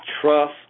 trust